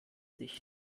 licht